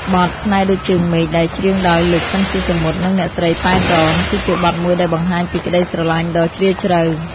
បទ ស្នេហ៍ដូចជើងមេឃ ដែលច្រៀងដោយលោក ស៊ីន ស៊ីសាមុត និងអ្នកស្រី ប៉ែន រ៉ន គឺជាបទមួយដែលបង្ហាញពីក្តីស្រឡាញ់ដ៏ជ្រាលជ្រៅ។